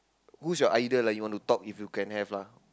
who's your idol ah you want to talk if you can have lah